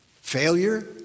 Failure